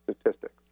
statistics